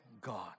God